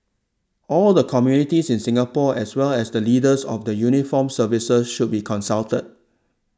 all the communities in Singapore as well as the leaders of the uniformed services should be consulted